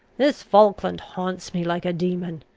this falkland haunts me like a demon.